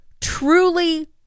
truly